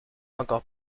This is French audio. encore